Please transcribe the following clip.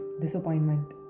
disappointment